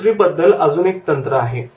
विक्री बद्दल अजून एक तंत्र आहे